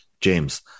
james